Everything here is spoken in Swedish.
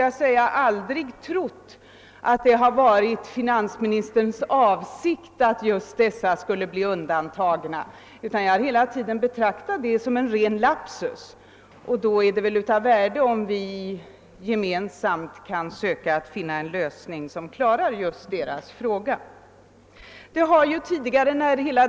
Jag har aldrig trott att det varit finansministerns avsikt att just dessa människor skulle undantagas; jag har betraktat det som en ren lapsus. Och då vore det ju av värde om vi gemensamt kunde finna en lösning som klarade ut frågan för deras del.